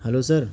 hello sir